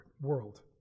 world